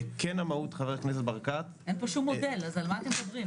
אין פה שום מודל, אז על מה שאתם מדברים?